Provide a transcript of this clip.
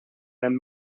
them